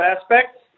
aspects